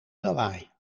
lawaai